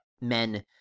men